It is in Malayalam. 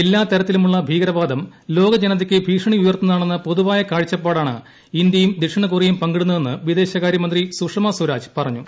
എല്ലാതരത്തിലുമുള്ള ഭീകരവാദം ലോകജനതയ്ക്ക് ഭീഷണി ഉയർത്തുന്നതാണെന്ന പൊതുവായ കാഴ്ചപ്പാടാണ് ഇന്ത്യയും ദക്ഷിണ കൊറിയയും പങ്കിടുന്നതെന്ന് വിദേശകാരൃമന്ത്രി സുഷമാ സ്വരാജ് പറഞ്ഞു